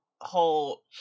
whole